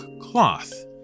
cloth